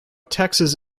texas